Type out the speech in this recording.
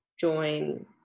join